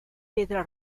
pedra